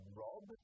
rob